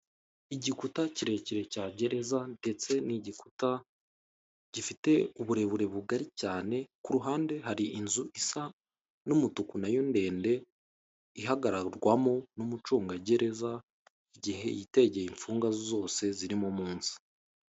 Igikuta kirekire cya gereza ndetse ni igikuta gifite uburebure bugari cyane ku ruhande hari inzu isa n'umutuku nayo ndende ihagararwamo n'umucungagereza igihe yitegeye infungwa zose zirimo munsi